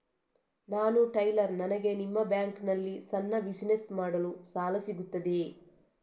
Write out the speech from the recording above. ನಾನು ಟೈಲರ್, ನನಗೆ ನಿಮ್ಮ ಬ್ಯಾಂಕ್ ನಲ್ಲಿ ಸಣ್ಣ ಬಿಸಿನೆಸ್ ಮಾಡಲು ಸಾಲ ಸಿಗುತ್ತದೆಯೇ?